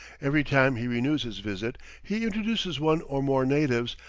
every time he renews his visit he introduces one or more natives,